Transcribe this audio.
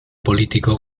político